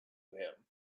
him